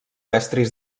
estris